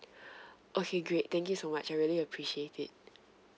okay great thank you so much I really appreciate it